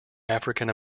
african